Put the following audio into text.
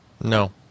no